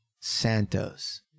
Santos